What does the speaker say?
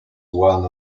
one